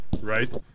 right